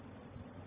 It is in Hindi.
English Word